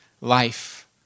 life